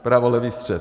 Pravolevý střet.